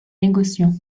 négociants